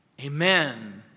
Amen